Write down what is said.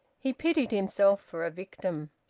he pitied himself for a victim.